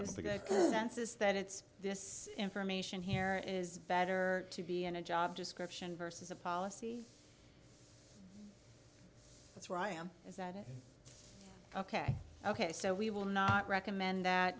says that it's this information here is better to be in a job description versus a policy that's where i am is that ok ok so we will not recommend that